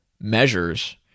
measures